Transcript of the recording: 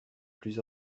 plus